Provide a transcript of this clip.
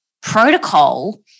protocol